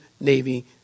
Navy